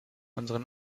unseren